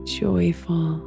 joyful